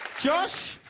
josh,